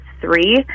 three